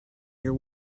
your